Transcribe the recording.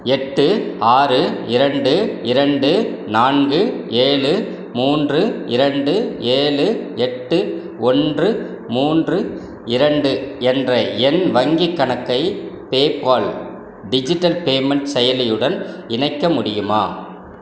எட்டு ஆறு இரண்டு இரண்டு நான்கு ஏழு மூன்று இரண்டு ஏழு எட்டு ஒன்று மூன்று இரண்டு என்ற என் வங்கிக் கணக்கை பேபால் டிஜிட்டல் பேமென்ட் செயலியுடன் இணைக்க முடியுமா